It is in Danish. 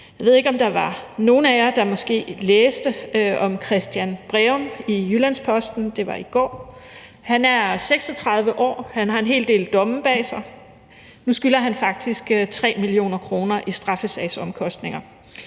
Jeg ved ikke, om der var nogen af jer, der måske læste om Christian Breum i Jyllands-Posten; det var i går. Han er 36 år, han har en hel del domme bag sig, og nu skylder han faktisk 3 mio. kr. i straffesagsomkostninger.